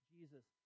Jesus